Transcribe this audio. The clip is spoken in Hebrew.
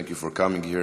Thank you for coming here